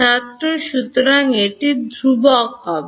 ছাত্র সুতরাং একটি ধ্রুবক হবে